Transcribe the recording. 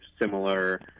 similar